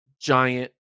giant